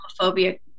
homophobia